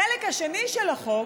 החלק השני של החוק